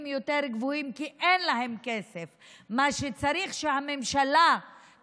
אחד הלקחים מאסון מירון הוא שצריך שיהיה מפקד לאירוע הזה וצריך שתהיה